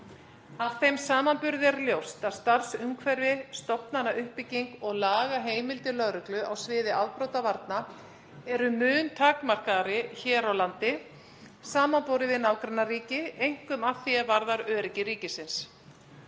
Af þeim samanburði er ljóst að starfsumhverfi, stofnanauppbygging og lagaheimildir lögreglu á sviði afbrotavarna eru mun takmarkaðri hér á landi samanborið við nágrannaríki, einkum að því er varðar öryggi ríkisins.